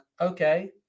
okay